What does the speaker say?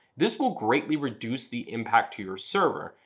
this will greatly reduce the impact to your server,